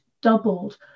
doubled